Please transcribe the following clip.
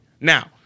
Now